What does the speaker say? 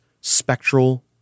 spectral